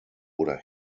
oder